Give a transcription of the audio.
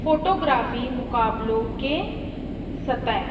photography مقابلوں کے سطح